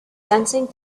sensing